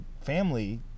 family